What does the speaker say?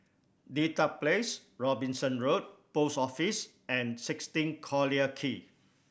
Dedap Place Robinson Road Post Office and sixteen Collyer Quay